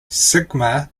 sigma